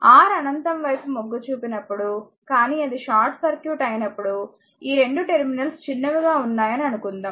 R అనంతం వైపు మొగ్గు చూపినప్పుడు కానీ అది షార్ట్ సర్క్యూట్ అయినప్పుడు ఈ 2 టెర్మినల్స్ చిన్నవిగా ఉన్నాయని అనుకుందాం